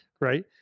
right